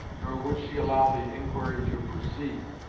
nor would she allow the inquiry to proceed,